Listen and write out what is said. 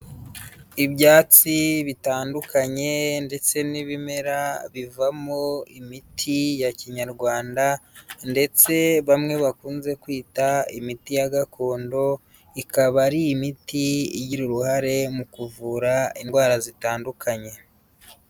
Ibyatsi bitandukanye, ndetse n'ibimera bivamo imiti ya Kinyarwanda, ndetse bamwe bakunze kwita imiti ya gakondo, ikaba ari imiti igira uruhare mu kuvura indwara zitandukanye.